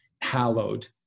hallowed